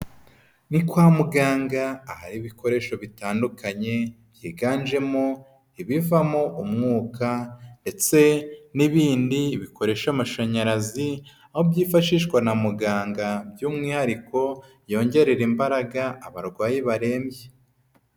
Ni kwa muganga ahari ibikoresho bitandukanye, byiganjemo ibivamo umwuka ndetse n'ibindi bikoresha amashanyarazi, aho byifashishwa na muganga by'umwihariko yongerera imbaraga abarwayi barembye.